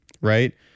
right